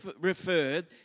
referred